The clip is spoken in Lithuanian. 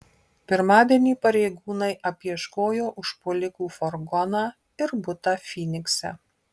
pirmadienį pareigūnai apieškojo užpuolikų furgoną ir butą fynikse